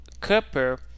copper